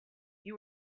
you